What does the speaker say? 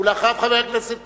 אחריו, חבר הכנסת טיבי.